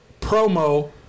promo